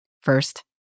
First